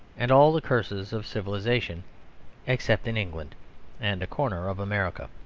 and all the curses of civilisation except in england and a corner of america.